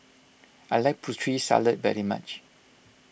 I like Putri Salad very much